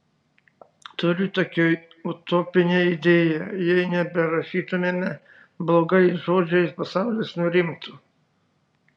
turiu tokią utopinę idėją jei neberašytumėme blogais žodžiais pasaulis nurimtų